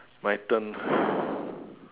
my turn